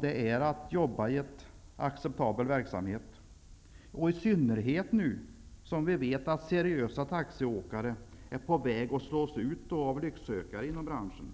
Det gäller i synnerhet nu när vi vet att seriösa taxiåkare är på väg att slås ut av lycksökare inom branschen.